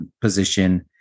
position